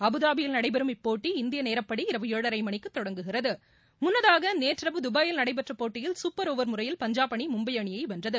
அபுதாபியில் நடைபெறும் இப்போட்டி இந்திய நேரடிப்படி இரவு ஏழரை மணிக்கு தொடங்குகிறது முன்னதாக நேற்று இரவு துபாயில் நடைபெற்ற போட்டியில் சூப்பர் ஒவர் முறையில் பஞ்சாப் அணி மும்பை அணியை வென்றது